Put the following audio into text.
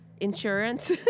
insurance